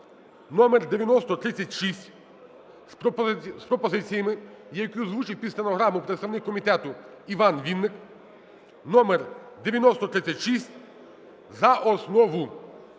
(№ 9036) з пропозиціями, які озвучив під стенограму представник комітету Іван Вінник. Номер 9036 за основу.